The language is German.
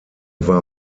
war